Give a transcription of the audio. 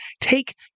take